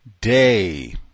day